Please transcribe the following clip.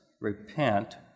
Repent